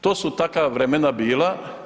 To su takva vremena bila.